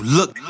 Look